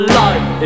life